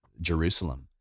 Jerusalem